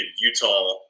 Utah